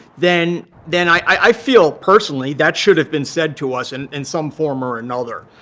then then i feel personally that should have been said to us and in some form or another.